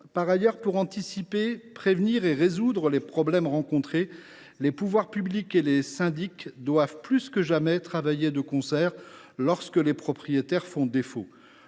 Par ailleurs, pour anticiper, prévenir et résoudre les problèmes rencontrés, les pouvoirs publics et les syndics doivent plus que jamais travailler de concert lorsque les propriétaires font défaut.